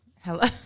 Hello